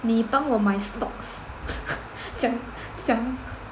你帮我买 stocks 讲讲